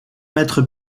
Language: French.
mettre